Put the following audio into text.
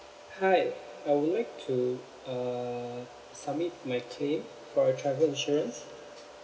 hi I would like to uh submit my claim for a travel insurance